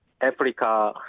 Africa